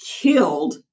killed